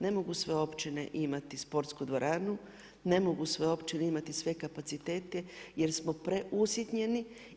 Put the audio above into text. Ne mogu sve općine imati sportsku dvoranu, ne mogu sve općine imati sve kapacitete jer smo preusitnjeni.